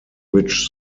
which